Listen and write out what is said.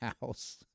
house